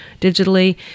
digitally